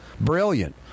brilliant